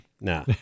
Nah